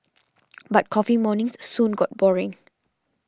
but coffee mornings soon got boring